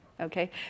okay